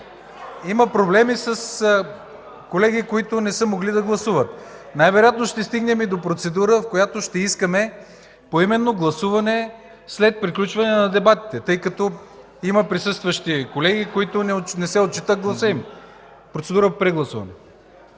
Има проблеми с колеги, които не са могли да гласуват. Най-вероятно ще стигнем и до процедура, в която ще искаме поименно гласуване след приключване на дебатите, тъй като има присъстващи колеги, на които не се отчита гласът им. Процедура по прегласуване.